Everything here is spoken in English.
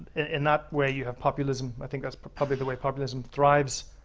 in that way, you have populism. i think that's probably the way populism thrives,